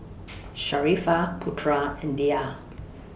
Sharifah Putra and Dhia